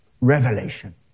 revelation